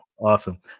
Awesome